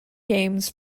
games